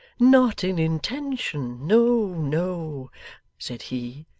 not in intention no no said he.